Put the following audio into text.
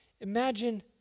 Imagine